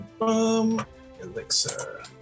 Elixir